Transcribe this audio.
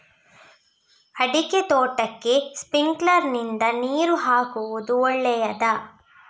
ಅಡಿಕೆ ತೋಟಕ್ಕೆ ಸ್ಪ್ರಿಂಕ್ಲರ್ ನಿಂದ ನೀರು ಹಾಕುವುದು ಒಳ್ಳೆಯದ?